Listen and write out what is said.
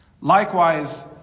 Likewise